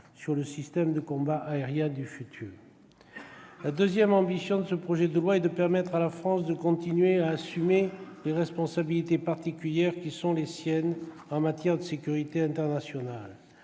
sur le système de combat aérien futur. La deuxième ambition véhiculée par ce projet de loi est de permettre à la France de continuer à assumer les responsabilités particulières qui sont les siennes en matière de sécurité internationale.